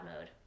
mode